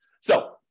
So-